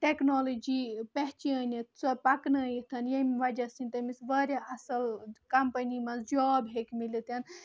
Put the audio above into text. technology پیہچٲنِتھ سۄ پَکنٲیِتھ ییٚمہِ وَجہ سۭتۍ تٔمِس واریاہ اَصٕل کَمپٔنی منٛز جاب ہیٚکہِ مِلِتھ